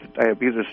diabetes